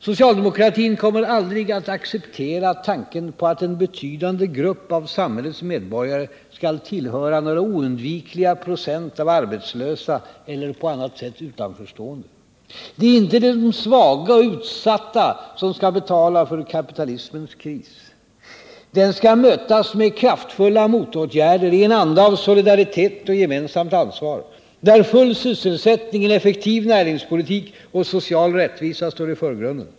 Socialdemokratin kommer aldrig att acceptera tanken på att en betydande grupp av samhällets medborgare skall tillhöra några oundvikliga procent av arbetslösa eller på annat sätt utanförstående. Det är inte de svaga och utsatta som skall betala för kapitalismens kris. Den skall mötas med kraftfulla motåtgärder, i en anda av solidaritet och gemensamt ansvar, där full sysselsättning, en effektiv näringspolitik och social rättvisa står i förgrunden.